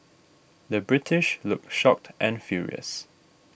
the British look shocked and furious